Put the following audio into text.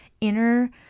inner